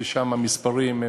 ששם המספרים,